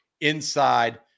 inside